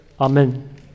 amen